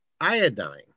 iodine